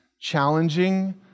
challenging